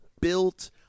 built